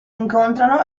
incontrano